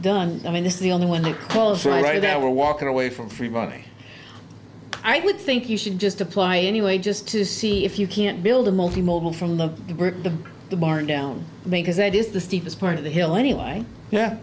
done i mean this is the only one that calls right now we're walking away from free money i would think you should just apply anyway just to see if you can't build a multi modal from the bridge to the barn down because that is the steepest part of the hill anyway yeah